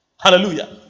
hallelujah